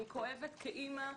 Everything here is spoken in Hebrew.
אני כואבת כאמא,